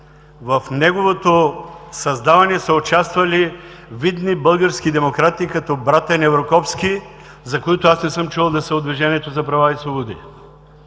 В неговото създаване са участвали видни български демократи като братя Неврокопски, за които не съм чувал да са от Движението за права и свободи.